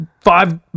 five